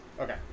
Okay